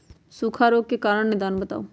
सूखा रोग के कारण और निदान बताऊ?